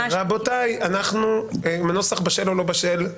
אם הנוסח בשל או לא בשל,